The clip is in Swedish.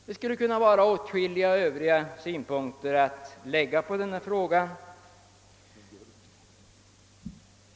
Det skulle kunna läggas åtskilliga andra synpunkter på frågan.